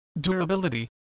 Durability